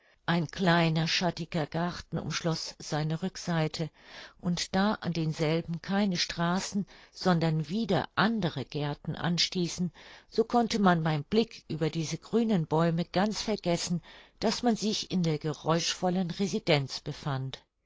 ein kleiner schattiger garten umschloß seine rückseite und da an denselben keine straßen sondern wieder andere gärten anstießen so konnte man beim blick über diese grünen bäume ganz vergessen daß man sich in der geräuschvollen residenz befand